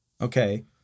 okay